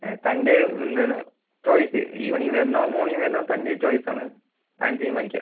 തൻ്റെ എന്താണ് choice evening വരണോ മോർണിംഗ് വരണോയെന്ന് തൻ്റെ ചോയിസാണ് താൻ തീരുമാനിക്കാം